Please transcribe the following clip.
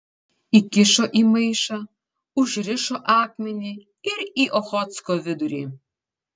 įkišo į maišą užrišo akmenį ir į ochotsko vidurį